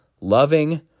loving